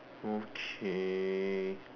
okay